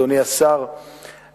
אדוני השר,